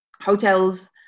hotels